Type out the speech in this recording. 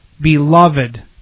beloved